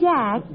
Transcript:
Jack